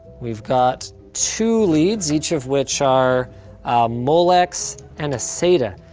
we've got two leads, each of which are a molex and a sata.